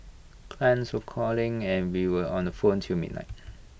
clients of calling and we were on the phone till midnight